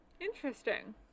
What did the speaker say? Interesting